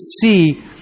see